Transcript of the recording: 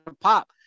pop